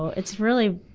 so it's really,